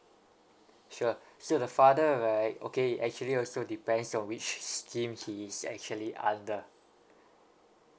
sure so the father right okay actually also depends on which scheme he is actually under